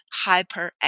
hyperactive